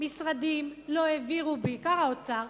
משרדים לא העבירו, בעיקר האוצר,